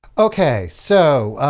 okay! so,